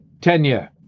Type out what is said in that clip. tenure